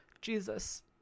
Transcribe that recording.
Jesus